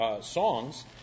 songs